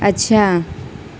اچھا